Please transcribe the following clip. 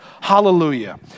hallelujah